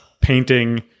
painting